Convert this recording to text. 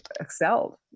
excelled